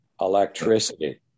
electricity